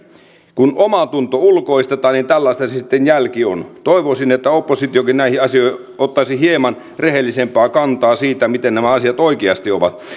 kun omatunto ulkoistetaan niin tällaista sitten jälki on toivoisin että oppositiokin näihin asioihin ottaisi hieman rehellisemmin kantaa kantaa siihen miten nämä asiat oikeasti ovat